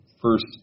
first